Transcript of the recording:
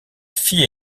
fille